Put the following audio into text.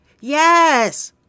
Yes